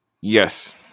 Yes